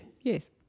Yes